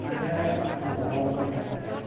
ᱟᱞᱮ ᱱᱚᱣᱟ ᱵᱚᱠᱟᱨᱳ ᱴᱚᱴᱷᱟ ᱠᱚᱨᱮ